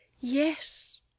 Yes